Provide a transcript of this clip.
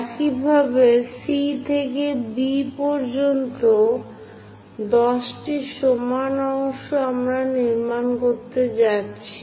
একইভাবে C থেকে B পর্যন্ত 10 টি সমান অংশ আমরা নির্মাণ করতে যাচ্ছি